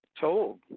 told